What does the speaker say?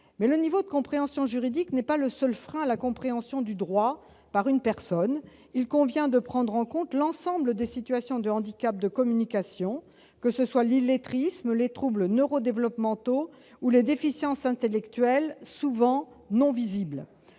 Le niveau de compréhension juridique d'une personne n'est pas le seul frein à la compréhension du droit. Il convient de prendre en compte l'ensemble des situations de handicap de communication, que ce soit l'illettrisme, les troubles neurodéveloppementaux ou les déficiences intellectuelles, souvent non visibles.